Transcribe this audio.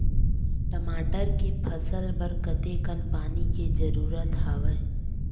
टमाटर के फसल बर कतेकन पानी के जरूरत हवय?